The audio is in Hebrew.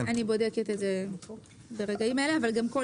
אני בודקת את זה ברגעים אלה אבל גם כל